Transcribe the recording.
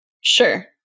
Sure